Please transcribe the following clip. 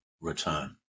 return